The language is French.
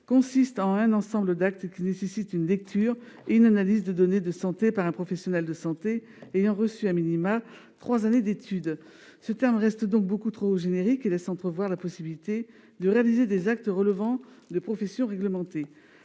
consiste en un ensemble d'actes qui nécessite une lecture et une analyse de données de santé par un professionnel de santé ayant suivi trois années d'études. Ce terme reste donc beaucoup trop générique et laisse entrevoir la possibilité de réaliser des actes relevant de professions réglementées.